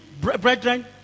brethren